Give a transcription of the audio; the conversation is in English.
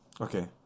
Okay